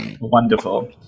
Wonderful